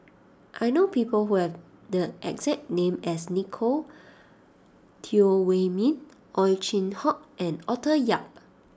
I know people who have the exact name as Nicolette Teo Wei Min Ow Chin Hock and Arthur Yap